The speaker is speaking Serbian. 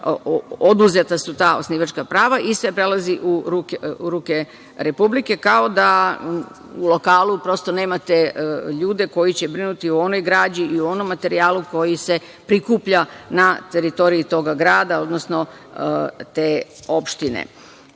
su oduzeta ta osnivačka prava i sve prelazi u ruke Republike, kao da u lokalu prosto nemate ljude koji će brinuti o onoj građi i o onom materijalu koji se prikuplja na teritoriji toga grada, odnosno te opštine. Zakon